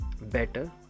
better